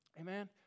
Amen